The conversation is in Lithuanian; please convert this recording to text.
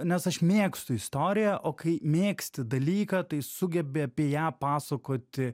nes aš mėgstu istoriją o kai mėgsti dalyką tai sugebi apie ją pasakoti